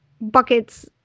buckets